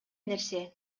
нерсе